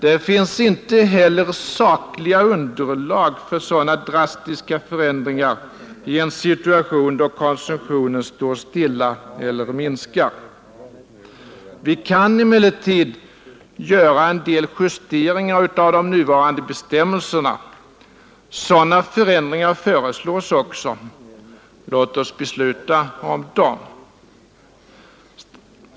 Det finns inte heller sakligt underlag för sådana drastiska förändringar i en situation då konsumtionen står stilla eller minskar. Vi kan emellertid göra en del justeringar av de nuvarande bestämmelserna. Sådana förändringar föreslås också. Låt oss besluta om dem.